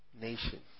nation